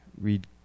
read